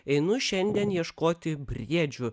einu šiandien ieškoti briedžių